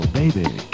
baby